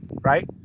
right